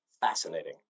Fascinating